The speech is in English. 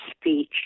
speech